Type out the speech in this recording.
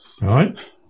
right